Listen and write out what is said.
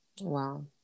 wow